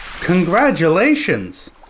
Congratulations